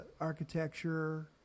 architecture